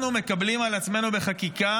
אנחנו מקבלים על עצמנו בחקיקה,